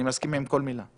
אני מסכים עם כל מילה.